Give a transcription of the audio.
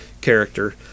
character